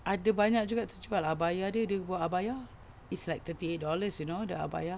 ada banyak juga terjual ah abaya dia dia buat abaya is like thirty eight dollars you know the abaya